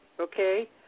okay